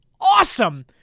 awesome